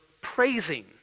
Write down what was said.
praising